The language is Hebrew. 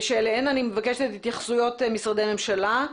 ושאליהן אני מבקשת התייחסויות משרדי הממשלה.